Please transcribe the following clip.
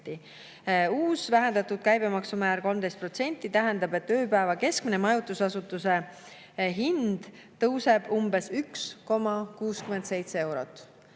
Uus, vähendatud käibemaksumäär 13% tähendab, et ööpäeva keskmine majutuse hind tõuseb umbes 1,67 euro